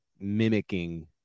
mimicking